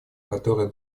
которая